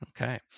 Okay